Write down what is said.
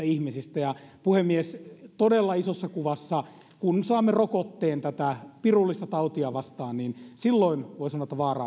ihmisistä puhemies todella isossa kuvassa kun saamme rokotteen tätä pirullista tautia vastaan niin silloin voi sanoa että vaara